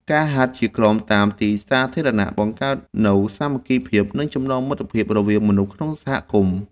ការហាត់ជាក្រុមតាមទីសាធារណៈបង្កើតនូវសាមគ្គីភាព និងចំណងមិត្តភាពរវាងមនុស្សក្នុងសហគមន៍។